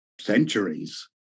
centuries